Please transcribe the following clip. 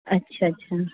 अच्छा अच्छा